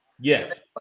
Yes